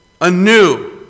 anew